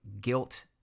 guilt